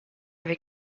avec